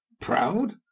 proud